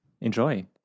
enjoy